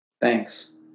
Thanks